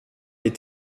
les